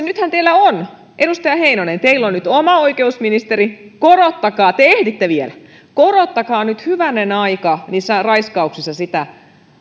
nythän teillä on edustaja heinonen oma oikeusministeri joten korottakaa te ehditte vielä korottakaa nyt hyvänen aika niissä raiskauksissa sitä